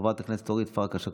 חברת הכנסת אורית פרקש הכהן,